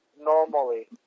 normally